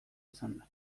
esanda